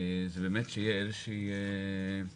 זה באמת שיהיה איזשהו סיוע,